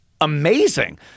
amazing